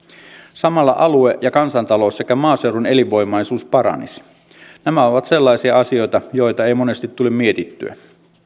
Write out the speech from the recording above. samalla alue ja kansantalous sekä maaseudun elinvoimaisuus paranisivat nämä ovat sellaisia asioita joita ei monesti tule mietittyä